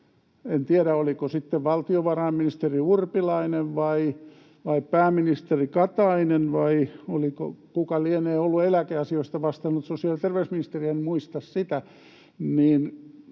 en tiedä, oliko se sitten valtiovarainministeri Urpilainen vai pääministeri Katainen vai eläkeasioista vastannut sosiaali- ja terveysministeri — kuka lienee